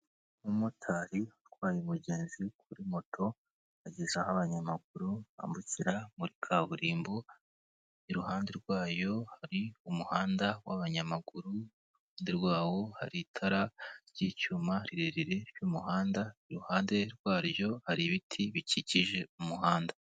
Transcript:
Umumotari atwaye umugenzi kuri moto ageza aho abanyamaguru bambukira muri kaburimbo iruhande rwayo hari umuhanda w'abanyamaguru iruhande rwawo hari itara ry'icyuma rirerire ry'umuhanda iruhande rwaryo hari ibiti bikikije umuhanda.